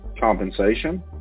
compensation